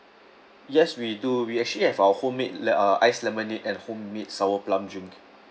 yes we do we actually have our home made le~ uh iced lemonade and home made sour plum drink